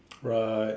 right